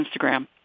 Instagram